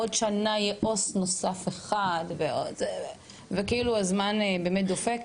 עוד שנה יהיה עו״ס נוסף אחד והזמן באמת דופק.